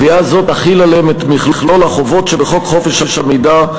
קביעה זו תחיל עליהם את מכלול החובות שבחוק חופש המידע,